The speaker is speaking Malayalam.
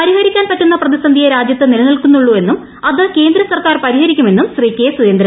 പരിഹരിക്കാൻ പറ്റുന്ന പ്രതിസന്ധിയേ രാജൃത്ത് നിലനിൽക്കുന്നുള്ളൂ എന്നും അത് കേന്ദ്ര സർക്കാർ പരിഹരിക്കുമെന്നും ശ്രീ കെ സുരേന്ദ്രൻ പറഞ്ഞു